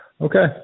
Okay